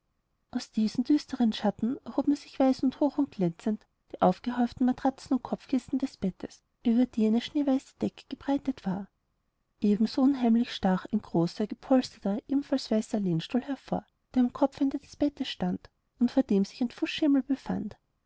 aus diesen düsteren schatten erhoben sich weiß und hoch und glänzend die aufgehäuften matratzen und kopfkissen des bettes über die eine schneeweiße decke gebreitet war eben so unheimlich stach ein großer gepolsterter ebenfalls weißer lehnstuhl hervor der am kopfende des bettes stand und vor dem sich ein fußschemel befand